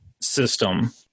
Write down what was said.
system